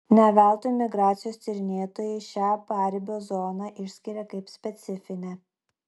ne veltui migracijos tyrinėtojai šią paribio zoną išskiria kaip specifinę